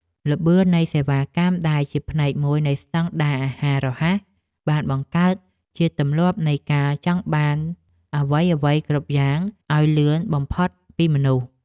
ល្បឿននៃសេវាកម្មដែលជាផ្នែកមួយនៃស្តង់ដារអាហាររហ័សបានបង្កើតជាទម្លាប់នៃការចង់បានអ្វីៗគ្រប់យ៉ាងឲ្យបានលឿនបំផុតពីមនុស្ស។